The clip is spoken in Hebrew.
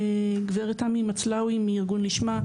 גברת תמי מצלאוי מארגון "לשמ"ה",